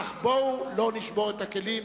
אך בואו לא נשבור את הכלים.